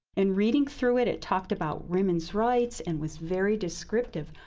in reading through it, it talked about women's rights and was very descriptive.